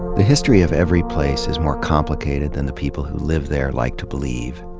the history of every p lace is more complicated than the people who live there like to believe.